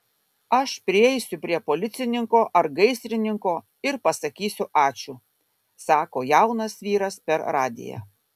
aš prieisiu prie policininko ar gaisrininko ir pasakysiu ačiū sako jaunas vyras per radiją